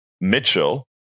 Mitchell